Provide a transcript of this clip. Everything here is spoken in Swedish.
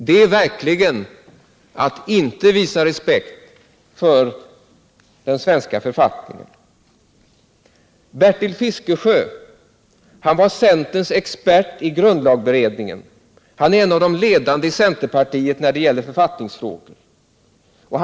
Detta är verkligen att inte visa respekt för den svenska författningen. Bertil Fiskesjö, som var centerns expert i grundlagberedningen, är en av de ledande i centerpartiet när det gäller författningsfrågor.